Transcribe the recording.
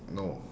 no